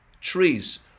trees